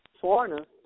foreigners